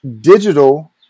digital